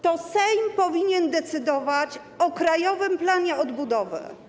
To Sejm powinien decydować o Krajowym Planie Odbudowy.